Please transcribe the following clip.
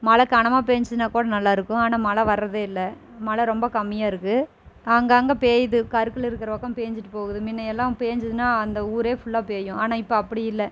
மழை கனமாக பெஞ்சிச்சினா கூட நல்லாயிருக்கும் ஆனால் மழை வரதே இல்லை மழை ரொம்ப கம்மியாக இருக்குது ஆங்காங்கே பெய்து கருக்கள் இருக்கிற பக்கம் பெஞ்சிட்டு போகுது முன்னயெல்லாம் பெஞ்சிதுனா அந்த ஊரே ஃபுல்லாக பெய்யும் ஆனால் இப்போ அப்படி இல்லை